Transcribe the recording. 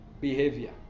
behavior